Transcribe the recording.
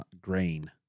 grain